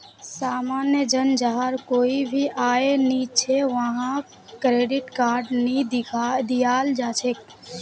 सामान्य जन जहार कोई भी आय नइ छ वहाक क्रेडिट कार्ड नइ दियाल जा छेक